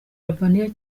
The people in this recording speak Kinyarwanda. albania